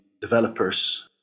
developers